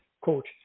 Coach